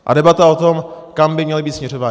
A debata o tom, kam by měly být směřovány.